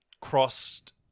crossed